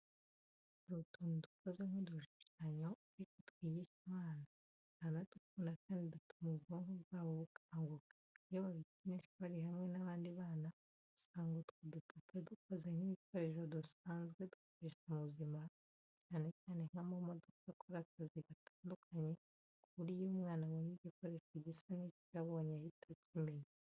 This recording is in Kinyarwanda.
Hari utuntu dukoze nk'udushushanyo ariko twigisha abana baranadukunda kandi dutuma ubwonko bwabo bukanguka mu bwonko, iyo babikinisha bari hamwe n'abandi bana, usanga utwo dupupe dukoze nk'ibikoresho dusanzwe dukoresha mu buzima, cyane cyane nk'amamodoka akora akazi gatandukanye, ku buryo iyo umwana abonye igikoresho gisa n'icyo yabonye ahita akimenya.